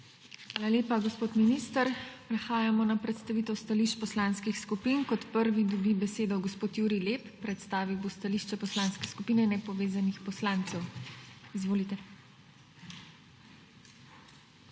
Hvala lepa, gospod minister. Prehajamo na predstavitev stališč poslanskih skupin. Kot prvi dobi besedo gospod Jurij Lep. Predstavil bo stališče Poslanske skupine nepovezanih poslancev. Izvolite.